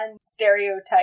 stereotype